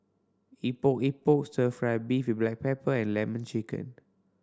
Epok Epok Stir Fry beef with black pepper and Lemon Chicken